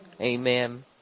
Amen